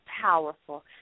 powerful